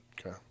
okay